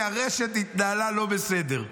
כי הרשת התנהלה לא בסדר.